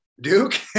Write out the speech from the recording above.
Duke